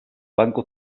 banco